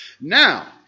Now